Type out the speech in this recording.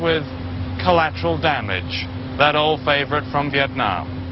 with collateral damage that old favorite from vietnam